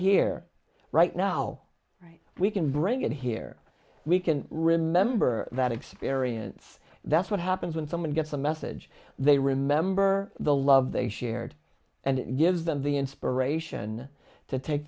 here right now we can bring it here we can remember that experience that's what happens when someone gets a message they remember the love they shared and it gives them the inspiration to take